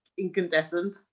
Incandescent